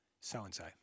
So-and-so